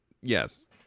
yes